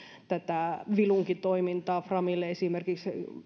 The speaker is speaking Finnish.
tätä vilunkitoimintaa framille esimerkiksi